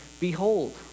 behold